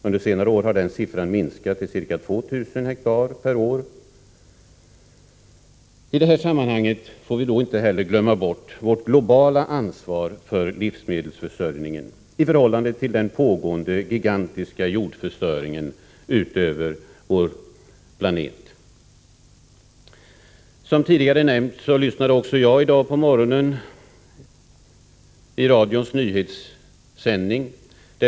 Under senare år har den siffran sjunkit till ca 2 000 hektar per år. I det här sammanhanget får vi inte glömma bort vårt globala ansvar för livsmedelsförsörjningen, i förhållande till den pågående gigantiska jordförstöringen på vår planet. Som tidigare nämnts lyssnade även jag i dag på morgonen till radions nyhetssändning.